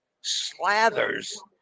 slathers